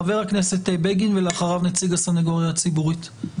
חבר הכנסת בגין ולאחריו נציג הסניגוריה הציבורית.